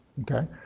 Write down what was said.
Okay